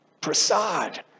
prasad